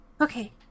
Okay